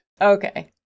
Okay